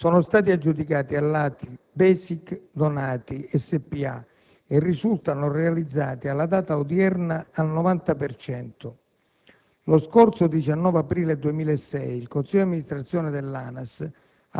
sono stati aggiudicati all'ATI Besix-Donati spa e risultano realizzati alla data odierna al 90 per cento. Lo scorso 19 aprile 2006 il consiglio di amministrazione dell'ANAS